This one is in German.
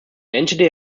enschede